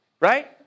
Right